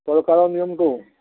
চৰকাৰৰ নিয়মটো